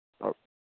okay